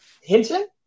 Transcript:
hinton